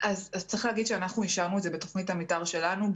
אז צריך להגיד שאנחנו אישרנו את זה בתוכנית המתאר שלנו.